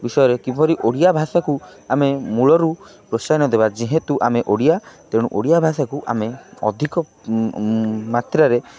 ବିଷୟରେ କିପରି ଓଡ଼ିଆ ଭାଷାକୁ ଆମେ ମୂଳରୁ ପ୍ରୋତ୍ସାହନ ଦେବା ଯେହେତୁ ଆମେ ଓଡ଼ିଆ ତେଣୁ ଓଡ଼ିଆ ଭାଷାକୁ ଆମେ ଅଧିକ ମାତ୍ରାରେ